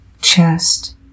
chest